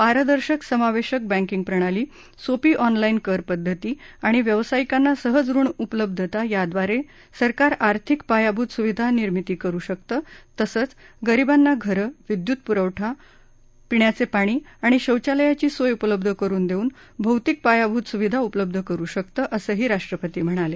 पारदर्शक समावेशक बँकींग प्रणाली सोपी ऑनलाईन कर पद्धती आणि व्यवसायिकांना सहज ऋण उपलब्धता याद्वारे सरकारं आर्थिक पायाभूत सुविधा निर्मिती करु शकतं तसंच गरिबांना घरं विद्युत पुरवठा पाणी आणि शौचालयाची सोय उपलब्ध करुन देऊन भौतिक पायाभूत सुविधा उपलब्ध करु शकतं असंही राष्ट्रपती म्हणाले